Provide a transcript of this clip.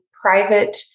private